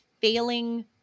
failing